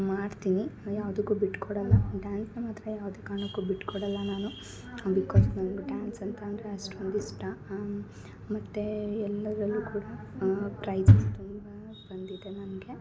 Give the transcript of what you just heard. ಮಾಡ್ತೀನಿ ನಾ ಯಾವುದುಕ್ಕು ಬಿಟ್ಕೊಡಲ್ಲ ಡ್ಯಾನ್ಸ್ನ ಮಾತ್ರ ಯಾವುದೇ ಕಾರಣಕ್ಕೂ ಬಿಟ್ಕೊಡಲ್ಲ ನಾನು ಬಿಕಾಸ್ ನನ್ಗೆ ಡ್ಯಾನ್ಸ್ ಅಂತ ಅಂದರೆ ಅಷ್ಟೊಂದು ಇಷ್ಟ ಮತ್ತು ಎಲ್ಲದ್ರಲ್ಲು ಕೂಡ ಪ್ರೈಸಸ್ ತುಂಬಾ ಬಂದಿದೆ ನನಗೆ